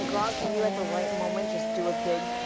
grog, can you at the right moment just do a big